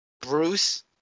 Bruce